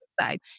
side